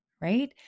right